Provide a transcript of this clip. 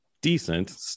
decent